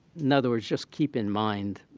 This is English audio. in other words, just keep in mind